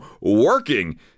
working